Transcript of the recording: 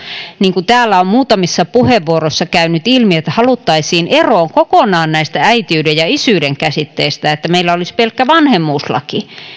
niin kuin täällä on muutamissa puheenvuoroissa käynyt ilmi haluttaisiin eroon kokonaan näistä äitiyden ja isyyden käsitteistä että meillä olisi pelkkä vanhemmuuslaki